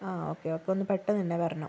ആ ഓക്കേ ഒന്നു പെട്ടന്നു തന്നെ വരണം